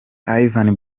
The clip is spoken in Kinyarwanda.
yvan